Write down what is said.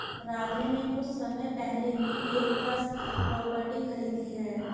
राधे ने कुछ समय पहले ही एक ट्रस्ट प्रॉपर्टी खरीदी है